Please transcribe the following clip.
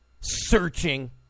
searching